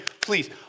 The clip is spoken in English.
please